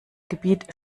gebiet